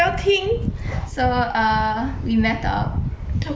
so err we met up